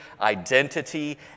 identity